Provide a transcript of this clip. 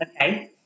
Okay